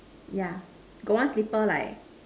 yeah got one slipper like